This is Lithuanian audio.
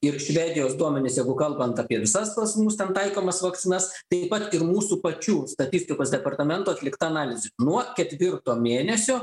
ir švedijos duomenys jeigu kalbant apie visas pas mus ten taikomas vakcinas taip pat ir mūsų pačių statistikos departamento atlikta analizė nuo ketvirto mėnesio